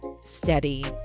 steady